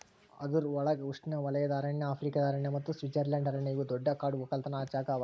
ಅದುರ್ ಒಳಗ್ ಉಷ್ಣೆವಲಯದ ಅರಣ್ಯ, ಆಫ್ರಿಕಾದ ಅರಣ್ಯ ಮತ್ತ ಸ್ವಿಟ್ಜರ್ಲೆಂಡ್ ಅರಣ್ಯ ಇವು ದೊಡ್ಡ ಕಾಡು ಒಕ್ಕಲತನ ಜಾಗಾ ಅವಾ